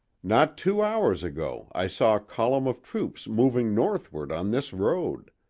not two hours ago i saw a column of troops moving northward on this road.